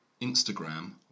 Instagram